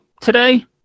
today